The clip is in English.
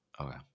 Okay